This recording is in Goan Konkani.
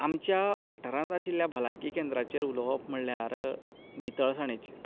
आमच्या वाठारांत आशिल्ल्या भलायकी केंद्राचेर उलोवप म्हणल्यार नितळसाणेचेर